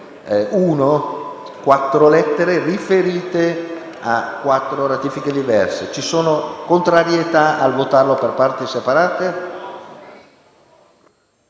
lettere, riferite a quattro ratifiche diverse. Ci sono contrarietà a votarlo per parti separate?